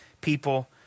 people